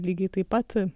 lygiai taip pat